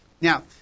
Now